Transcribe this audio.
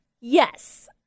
Yes